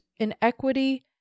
inequity